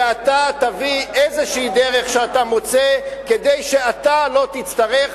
ואתה תביא דרך כלשהי שאתה מוצא כדי שאתה לא תצטרך,